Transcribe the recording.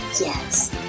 Yes